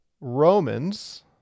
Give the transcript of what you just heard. Romans